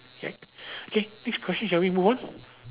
ya okay next question shall we move on